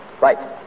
Right